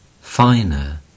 finer